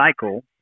cycle